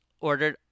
ordered